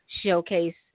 showcase